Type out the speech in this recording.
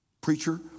Preacher